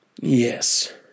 Yes